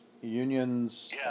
unions